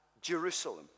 Jerusalem